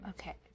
Okay